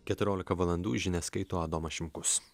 keturiolika valandų žinias skaito adomas šimkus